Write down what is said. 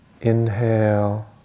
Inhale